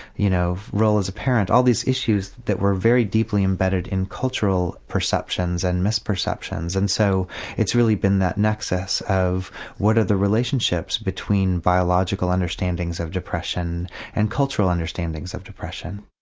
you know, role as a parent all these issues that were very deeply embedded in cultural perceptions and misperceptions. and so it's really been that nexus of what are the relationships between biological understandings of depression and cultural understandings of depression.